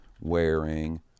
wearing